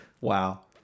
wow